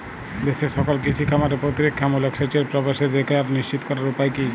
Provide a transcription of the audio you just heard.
দেশের সকল কৃষি খামারে প্রতিরক্ষামূলক সেচের প্রবেশাধিকার নিশ্চিত করার উপায় কি?